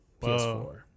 PS4